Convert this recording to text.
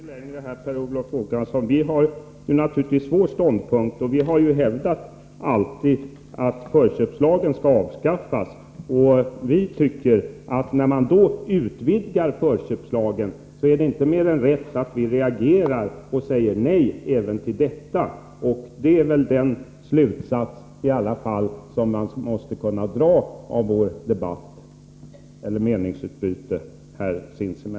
Herr talman! Debatten leder nog inte mycket längre, Per Olof Håkansson. Vi har naturligtvis vår ståndpunkt. Vi har alltid hävdat att förköpslagen skall avskaffas, och när man då utvidgar den lagen är det inte mer än rätt att vi reagerar och säger nej även till detta. Det är väl den slutsats man måste dra av vårt meningsutbyte.